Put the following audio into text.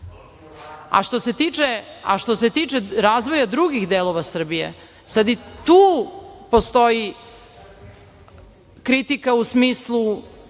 se tiče razvoja drugih delova Srbije, sad i tu postoji kritika u smislu